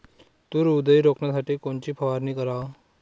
तूर उधळी रोखासाठी कोनची फवारनी कराव?